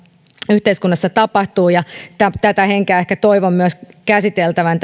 yhteiskunnassa tapahtuu ja tätä henkeä ehkä toivon myös käsiteltävän